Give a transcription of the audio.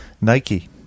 Nike